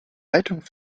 leitung